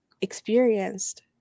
experienced